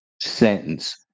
sentence